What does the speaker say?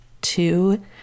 two